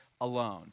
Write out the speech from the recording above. alone